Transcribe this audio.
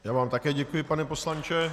Já vám také děkuji, pane poslanče.